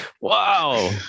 wow